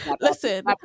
Listen